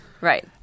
Right